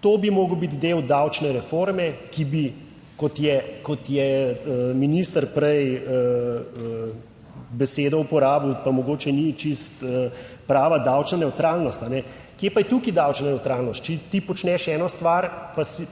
to bi moral biti del davčne reforme, ki bi, kot je, kot je minister prej besedo uporabil, pa mogoče ni čisto prava davčna nevtralnost, kje pa je tukaj davčna nevtralnost? Če ti počneš eno stvar,